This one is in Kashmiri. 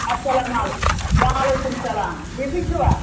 اَسَلام علیکُم وعلیکُم سَلام ٹھیٖکٕے چھُوا